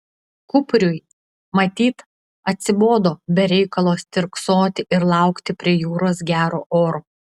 kupriui matyt atsibodo be reikalo stirksoti ir laukti prie jūros gero oro